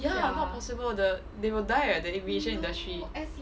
ya not possible the they will die leh the aviation industry